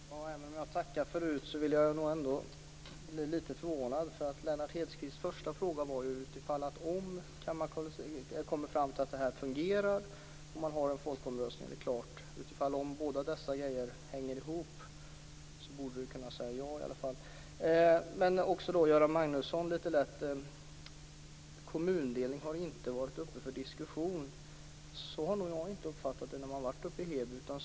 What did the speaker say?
Fru talman! Även om jag tackade förut blir jag lite förvånad. Lennart Hedquists första fråga gällde ju om Kammarkollegiet kommer fram till att det här fungerar och om det är klart med att man har en folkomröstning; eftersom båda dessa saker hänger ihop borde statsrådet kunna säga ja i alla fall. Göran Magnusson sade att kommundelning inte har varit uppe till diskussion. Så har nog jag inte uppfattat det när jag har varit uppe i Heby.